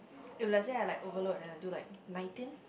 if let's say I like overload and then I do like nineteen